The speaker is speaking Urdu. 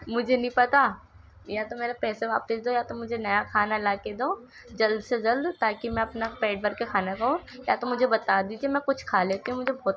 مجھے نہیں پتہ یا تو میرے پیسے واپس دو یا تو مجھے نیا کھانا لا کے دو جلد سے جلد تاکہ میں اپنا پیٹ بھر كے كھانا كھاؤں یا تو مجھے بتا دیجیے میں کچھ کھا لیتی ہوں مجھے بہت